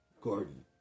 Gordon